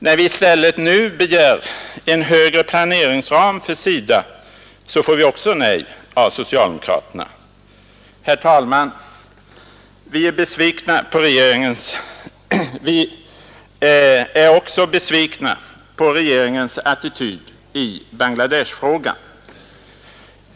När vi nu i stället begär en högre planeringsram för SIDA, så får vi också nej av socialdemokraterna. Herr talman! Vi är också besvikna på regeringens attityd i Bangladeshfrågan.